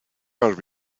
are